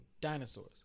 dinosaurs